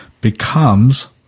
becomes